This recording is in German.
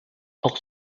auch